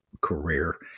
career